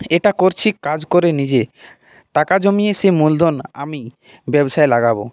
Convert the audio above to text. এটা করছি কাজ করে নিজে টাকা জমিয়ে সে মূলধন আমি ব্যবসায় লাগাব